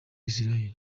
israel